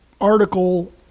article